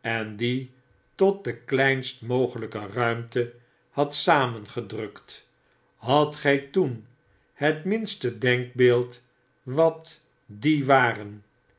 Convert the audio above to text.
en die tot de kleinst mogelpe ruimte had samengedrukt hadt gy toen liet minste denkbeeld wat die waren